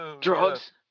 Drugs